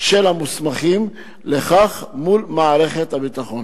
של המוסמכים לכך מול מערכת הביטחון.